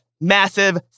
massive